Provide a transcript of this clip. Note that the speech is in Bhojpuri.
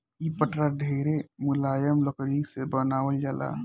इ पटरा ढेरे मुलायम लकड़ी से बनावल जाला